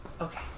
Okay